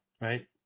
right